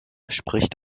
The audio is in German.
spricht